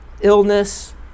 illness